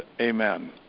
amen